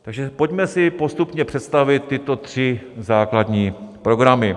Takže si pojďme postupně představit tyto tři základní programy.